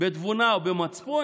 בתבונה ובמצפון",